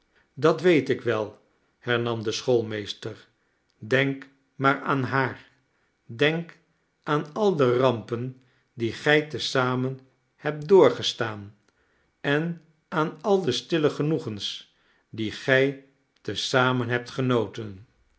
dat weet ik wel hernam de schoolmeester denk maar aan haar denk aan al de rampen die gij te zamen hebt doorgestaan en aan al de stille genoegens die gij te zamen hebt genoten